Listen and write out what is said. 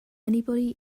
anybody